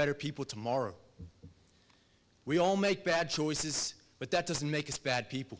better people tomorrow we all make bad choices but that doesn't make us bad people